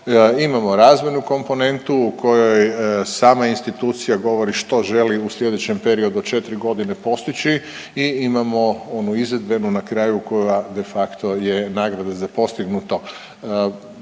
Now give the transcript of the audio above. Imamo razvojnu komponentu u kojoj sama institucija govori što želi u slijedećem periodu od 4 godine postići i imamo onu izvedbenu nakraju koja de facto je nagrada za postignuto.